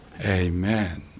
Amen